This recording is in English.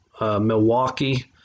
Milwaukee